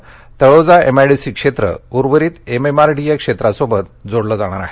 या मार्गामुळे तळोजा एमआयडीसी क्षेत्र उर्वरित एमएमआरडीए क्षेत्रासोबत जोडलं जाणार आहे